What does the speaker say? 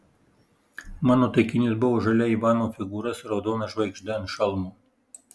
mano taikinys buvo žalia ivano figūra su raudona žvaigžde ant šalmo